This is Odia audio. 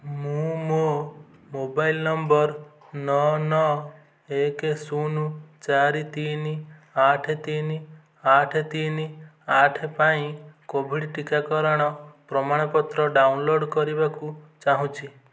ମୁଁ ମୋ ମୋବାଇଲ୍ ନମ୍ବର୍ ନଅ ନଅ ଏକ ଶୂନୁ ଚାରି ତିନି ଆଠ ତିନି ଆଠ ତିନି ଆଠ ପାଇଁ କୋଭିଡ଼୍ ଟିକାକରଣ ପ୍ରମାଣପତ୍ର ଡାଉନଲୋଡ଼୍ କରିବାକୁ ଚାହୁଁଛି